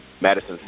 Madison